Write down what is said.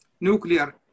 nuclear